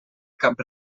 cap